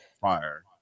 Fire